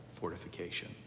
fortification